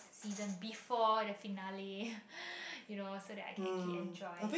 season before the finale you know so that I can actually enjoy